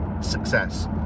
success